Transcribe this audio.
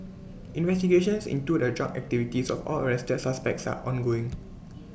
investigations into the drug activities of all arrested suspects are ongoing